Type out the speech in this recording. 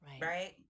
Right